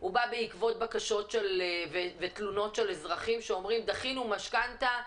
הוא בא בעקבות בקשות ותלונות של אזרחים שאומרים 'דחינו משכנתא,